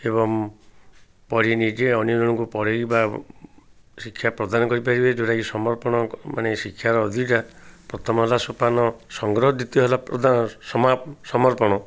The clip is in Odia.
ଏବଂ ପଢ଼ି ନିଜେ ଅନ୍ୟ ଜଣଙ୍କୁ ପଢାଇ ବା ଶିକ୍ଷା ପ୍ରଦାନ କରି ପାରିବେ ଯେଉଁଟାକି ସମର୍ପଣ ମାନେ ଶିକ୍ଷାର ଅଧିକାର ପ୍ରଥମ ହେଲା ସୋପାନ ସଂଗ୍ରହ ଦ୍ୱିତୀୟ ହେଲା ପ୍ରଦାନ ସମ ସମର୍ପଣ